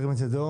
ירים את ידו.